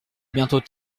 bientôt